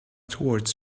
towards